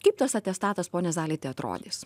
kaip tas atestatas pone zaliti atrodys